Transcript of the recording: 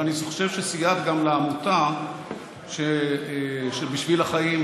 ואני חושב שסייעת גם לעמותה בשביל החיים,